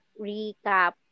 recap